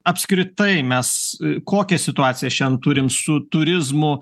apskritai mes kokią situacija šiandien turime su turizmu